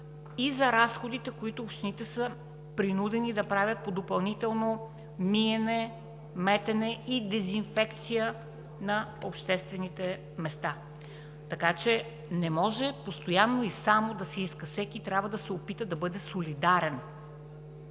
и за разходите, които общините са принудени да правят – допълнително миене, метене и дезинфекция на обществените места. Така че не може постоянно и само да се иска, всеки трябва да се опита да бъде солидарен